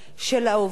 חלילה וחס,